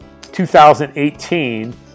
2018